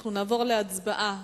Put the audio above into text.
אנחנו נעבור להצבעה.